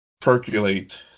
percolate